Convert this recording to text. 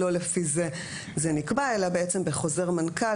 לא לפי זה זה נקבע, אלא בעצם בחוזר מנכ"ל.